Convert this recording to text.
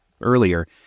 earlier